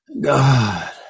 God